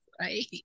right